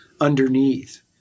underneath